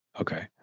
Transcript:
Okay